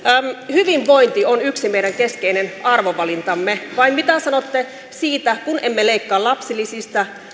hyvinvointi on yksi meidän keskeinen arvovalintamme vai mitä sanotte siitä että emme leikkaa lapsilisistä